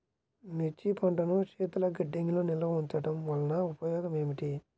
మిర్చి పంటను శీతల గిడ్డంగిలో నిల్వ ఉంచటం వలన ఉపయోగం ఏమిటి?